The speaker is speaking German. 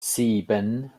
sieben